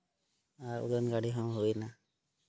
ᱟᱨ ᱩᱰᱟᱹᱱ ᱜᱟᱹᱰᱤ ᱦᱚᱸ ᱦᱩᱭ ᱮᱱᱟ